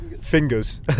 fingers